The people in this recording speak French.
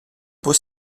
beau